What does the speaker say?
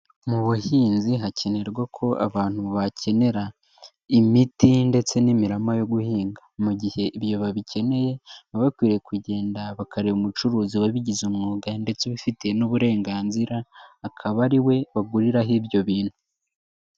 Mu buhinzi hakenerwa ko abantu bakenera imiti ndetse n'imirama yo guhinga, mu gihe ibyo babikeneye baba bakwiye kugenda bakareba umucuruzi wabigize umwuga ndetse ubifiti n'uburenganzira, akaba ari we baguriraho ibyo bintu.